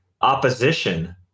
opposition